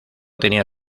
tenía